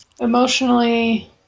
Emotionally